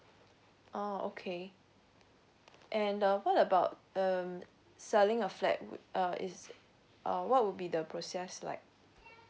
oh okay and uh what about um selling a flat would uh is uh what would be the process like